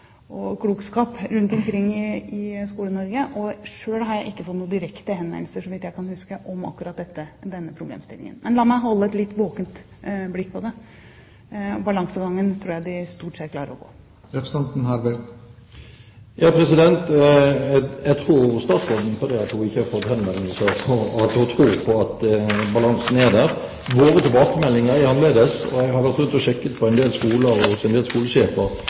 og klokskap rundt omkring i Skole-Norge. Selv har jeg ikke fått noen direkte henvendelser, så vidt jeg kan huske, om akkurat denne problemstillingen. Men la meg holde et litt våkent blikk på det. Balansegangen tror jeg at de stort sett klarer. Jeg tror statsråden på at hun ikke har fått henvendelser, og at hun tror på at balansen er der. Våre tilbakemeldinger er annerledes. Jeg har gått rundt og sjekket på en del skoler og